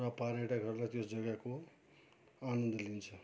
र पर्यटकहरूलाई त्यस जग्गाको आनन्द लिन्छ